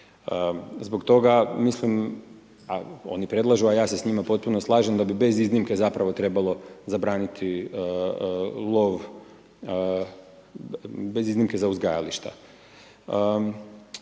Zbog toga mislim, oni predlažu a ja se s njima potpuno slažem da biti bez iznimke zapravo trebalo zabraniti lov bez iznimke za uzgajališta.